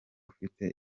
ufite